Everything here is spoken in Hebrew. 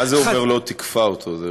מה זה אומר לא תיקפה אותו?